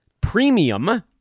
premium